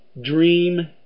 dream